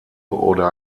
oder